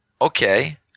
okay